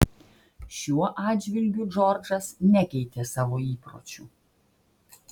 šiuo atžvilgiu džordžas nekeitė savo įpročių